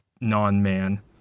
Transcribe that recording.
non-man